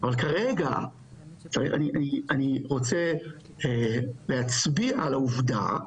אבל כרגע אני רוצה להצביע על העובדה,